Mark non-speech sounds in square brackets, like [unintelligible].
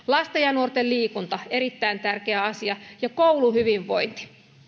[unintelligible] lasten ja nuorten liikunta erittäin tärkeä asia ja kouluhyvinvointi